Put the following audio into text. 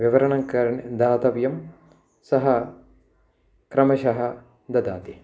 विवरणं कुरु दातव्यं सः क्रमशः ददाति